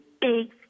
big